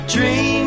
Dream